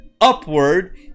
upward